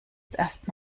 erst